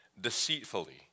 deceitfully